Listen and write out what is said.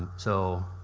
so,